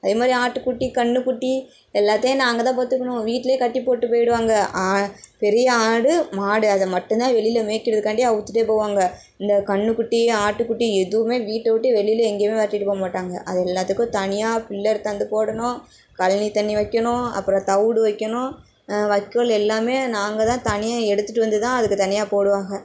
அதேமாதிரி ஆட்டுக்குட்டி கன்றுக்குட்டி எல்லாத்தையும் நாங்கள்தான் பார்த்துக்கணும் வீட்டிலே கட்டிப் போட்டு போய்டுவாங்க பெரிய ஆடு மாடு அதை மட்டுந்தான் வெளியில மேய்க்கிறதுக்காண்டி அவித்துட்டே போவாங்கள் இந்த கன்றுக்குட்டி ஆட்டுக்குட்டி எதுவுமே வீட்டை விட்டு வெளியில எங்கேயும் விரட்டிட்டு போக மாட்டாங்கள் அது எல்லாத்துக்கும் தனியாக புல் அறுத்தாந்து போடணும் கழனி தண்ணி வைக்கணும் அப்புறம் தவிடு வைக்கணும் வைக்கோல் எல்லாமே நாங்கதான் தனியாக எடுத்துட்டு வந்துதான் அதுக்கு தனியாக போடுவாங்க